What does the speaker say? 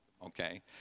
okay